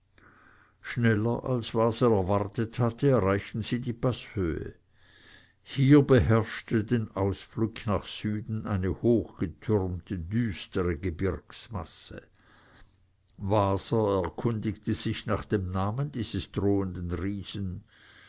schneller als waser erwartet hatte erreichten sie die paßhöhe hier beherrschte den ausblick nach süden eine hochgetürmte düstere gebirgsmasse waser erkundigte sich nach dem namen dieses drohenden riesen